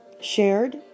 shared